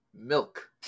Milk